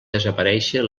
desaparéixer